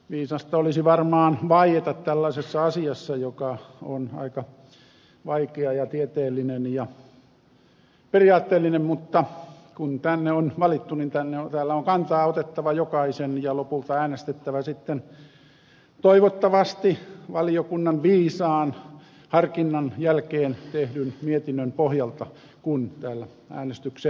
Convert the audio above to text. viisasta olisi varmaan vaieta tällaisessa asiassa joka on aika vaikea ja tieteellinen ja periaatteellinen mutta kun tänne on valittu niin täällä on kantaa otettava jokaisen ja lopulta äänestettävä sitten toivottavasti valiokunnan viisaan harkinnan jälkeen tehdyn mietinnön pohjalta kun täällä äänestykseen joudutaan